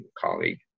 colleague